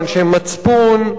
ואנשי מצפון,